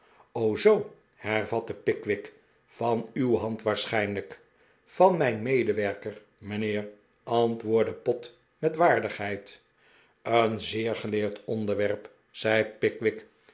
zoo hervatte pickwick van uw hand waarschijnlijk van mijn medewerker mijnheer antwoordde pott met waardigheid een zeer geleerd onderwerp zei pickwick